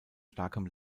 starkem